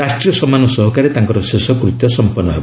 ରାଷ୍ଟ୍ରୀୟ ସମ୍ମାନ ସହକାରେ ତାଙ୍କର ଶେଷକୃତ୍ୟ ସମ୍ପନ୍ନ ହେବ